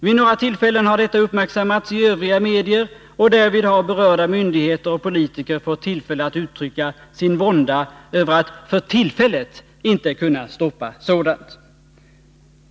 Vid några tillfällen har detta uppmärksammats i övriga medier och därvid har berörda myndigheter och politiker fått tillfälle att uttrycka sin vånda över att ”för tillfället” inte kunna stoppa sådant.